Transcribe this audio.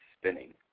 spinning